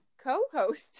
co-host